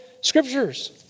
scriptures